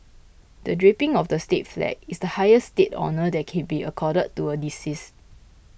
the draping of the state flag is the highest state honour that can be accorded to a decease